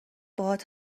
باهات